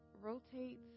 rotates